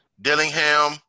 Dillingham